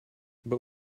but